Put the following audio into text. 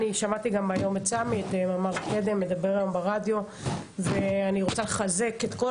אני שמעתי גם היום את סמי מדבר ברדיו ואני רוצה לחזק את כל